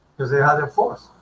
because they have their force